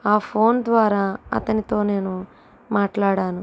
ఆ ఫోన్ ద్వారా అతనితో నేను మాట్లాడాను